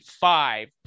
five